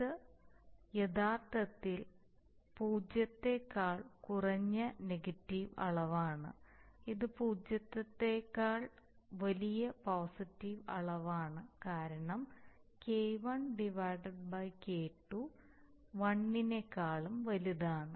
ഇത് യഥാർത്ഥത്തിൽ പൂജ്യത്തേക്കാൾ കുറഞ്ഞ നെഗറ്റീവ് അളവാണ് ഇത് പൂജ്യത്തേക്കാൾ വലിയ പോസിറ്റീവ് അളവാണ് കാരണം K1 K2 1